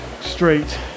straight